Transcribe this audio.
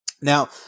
Now